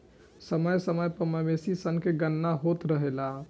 समय समय पर मवेशी सन के गणना होत रहेला